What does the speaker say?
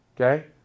Okay